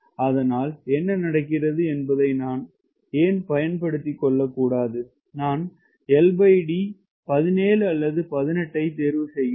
அதனால் என்ன நடக்கிறது என்பதை நான் ஏன் பயன்படுத்திக் கொள்ளக்கூடாது நான் LD 17 அல்லது 18 ஐ தேர்வு செய்கிறேன்